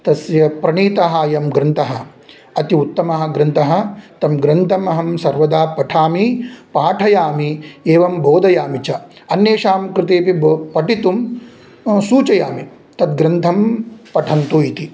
तस्य प्रणीतः अयं ग्रन्थः अति उत्तमः ग्रन्थः तं ग्रन्थमहं सर्वदा पठामि पाठयामि एवं बोधयामि च अन्येषां कृते अपि बो पठितुं सूचयामि तग्रन्थं पठन्तु इति